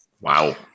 Wow